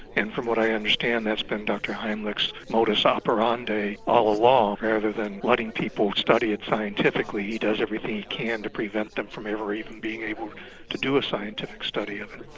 and from what i understand that has been dr heimlich's modus operandi all along. rather than letting people study it scientifically he does everything he can to prevent them from ever being able to do a scientific study of it.